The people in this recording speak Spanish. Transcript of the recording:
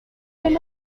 del